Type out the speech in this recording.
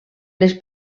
les